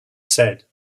said